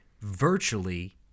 virtually